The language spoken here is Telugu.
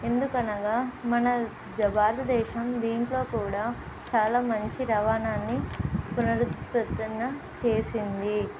ఎందుకనగా మన జ భారతదేశం దీంట్లో కూడా చాలా మంచి రవాణాన్ని పునరుపతున్న చేసింది